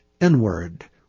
inward